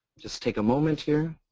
just take a moment here.